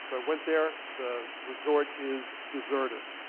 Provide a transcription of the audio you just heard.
so went there. the resort is deserted.